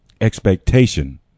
expectation